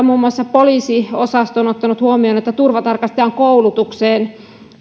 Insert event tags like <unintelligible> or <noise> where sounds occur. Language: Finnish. <unintelligible> muun muassa poliisiosasto on ottanut huomioon että turvatarkastajan koulutukseen